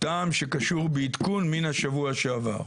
טעם שקשור בעדכון מן השבוע שעבר.